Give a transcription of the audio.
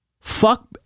Fuck